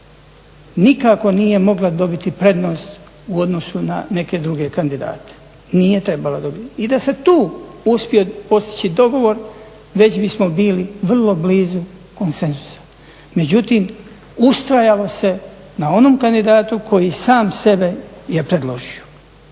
nikako nije mogla dobiti prednost u odnosu na neke druge kandidate, nije trebala …/Govornik se ne razumije./… I da se tu uspije postići dogovor, već bismo bili vrlo blizu konsenzusa. Međutim, ustrajalo se na onom kandidatu koji sam sebe je predložio.